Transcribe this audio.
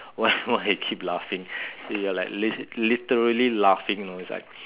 why why you keep laughing she was like lit~ literally laughing you know is like